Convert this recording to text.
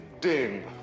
ding